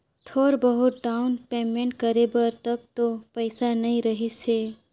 थोर बहुत down payment करे बर तक तो पइसा नइ रहीस हे